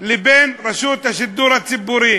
לבין רשות השידור הציבורי.